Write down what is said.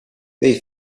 they